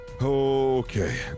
Okay